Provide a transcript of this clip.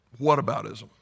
whataboutism